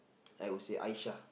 I would say Aisha